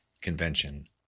convention